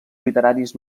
literaris